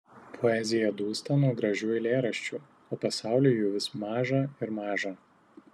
poezija dūsta nuo gražių eilėraščių o pasauliui jų vis maža ir maža